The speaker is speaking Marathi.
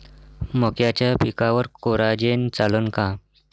मक्याच्या पिकावर कोराजेन चालन का?